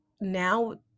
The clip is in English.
now